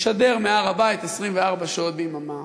נשדר מהר-הבית 24 שעות ביממה,